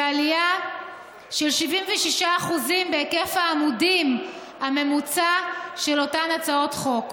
ועלייה של 76% בהיקף העמודים הממוצע של אותן הצעות חוק.